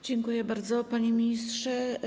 Dziękuję bardzo, panie ministrze.